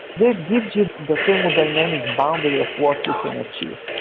that gives you the thermodynamic boundary of what you can achieve.